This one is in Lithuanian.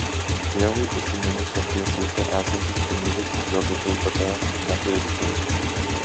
tėvui užsiminus apie seife esančius pinigus jo dukrai tada ne tai rūpėjo